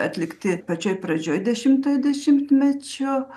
atlikti pačioj pradžioj dešimtojo dešimtmečio